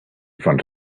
front